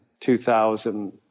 2000